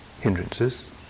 hindrances